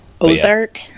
Ozark